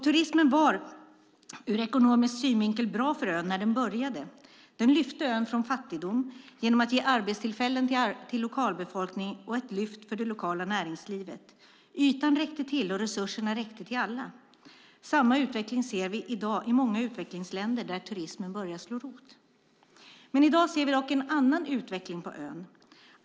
Turismen var ur ekonomisk synvinkel bra för ön när den började. Den lyfte ön från fattigdom genom att ge arbetstillfällen till lokalbefolkningen och var ett lyft för det lokala näringslivet. Ytan räckte till, och resurserna räckte till alla. Samma utveckling ser vi i dag i många utvecklingsländer där turismen börjar slå rot. Men i dag ser vi en annan utveckling på ön.